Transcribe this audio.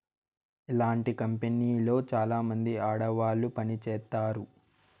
ఇలాంటి కంపెనీలో చాలామంది ఆడవాళ్లు పని చేత్తారు